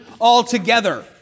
altogether